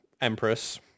empress